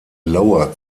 lower